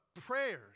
prayers